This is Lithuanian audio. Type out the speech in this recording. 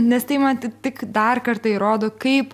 nes tai man tik dar kartą įrodo kaip